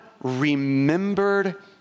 remembered